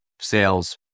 sales